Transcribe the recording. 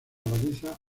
baliza